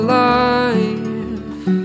life